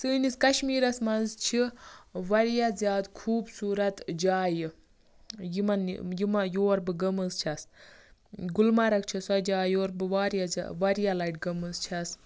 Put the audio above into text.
سٲنِس کَشمِیرَس منٛز چھِ واریاہ زِیادٕ خُوبصورَت جایہِ یِمَن یِم یور بہٕ گٔمٕژ چھس گُلمرَگ چھِ سۄ جاے یور بہٕ واریاہ زِ واریاہ لَٹہِ گٔمٕژ چھس